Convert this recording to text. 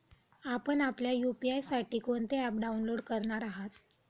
आपण आपल्या यू.पी.आय साठी कोणते ॲप डाउनलोड करणार आहात?